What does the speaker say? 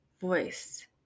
voice